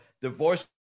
divorce